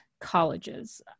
colleges